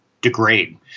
degrade